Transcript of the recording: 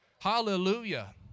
Hallelujah